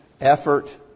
effort